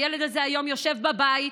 הילד הזה היום יושב בבית,